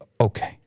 okay